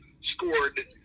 scored